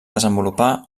desenvolupar